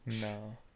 No